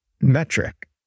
metric